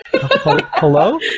Hello